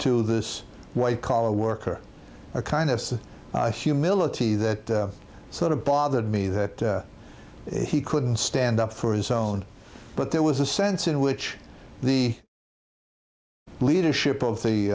to this white collar worker a kind of humility that sort of bothered me that he couldn't stand up for his own but there was a sense in which the leadership of the